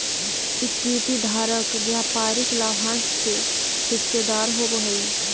equity धारक व्यापारिक लाभांश के हिस्सेदार होवऽ हइ